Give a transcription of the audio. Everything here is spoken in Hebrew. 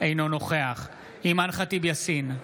אינו נוכח אימאן ח'טיב יאסין,